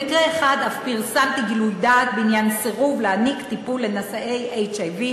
במקרה אחד אף פרסמתי גילוי דעת בעניין סירוב להעניק טיפול לנשאי HIV,